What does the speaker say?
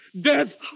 death